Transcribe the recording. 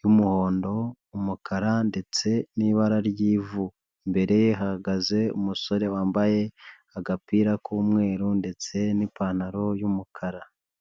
y'umuhondo, umukara, ndetse n'ibara ry'ivu. Imbere hahagaze umusore wambaye agapira k'umweru, ndetse n'ipantaro y'umukara.